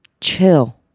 chill